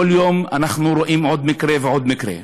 כל יום אנחנו רואים עוד מקרה ועוד מקרה.